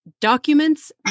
documents